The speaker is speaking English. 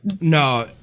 No